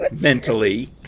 mentally